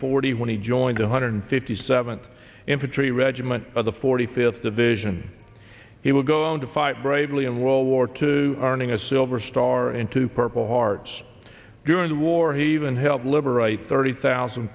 eighty when he joined the hundred fifty seventh infantry regiment of the forty fifth division he will go on to fight bravely in world war two earning a silver star and two purple hearts during the war he even helped liberate thirty thousand